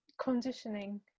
conditioning